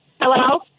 Hello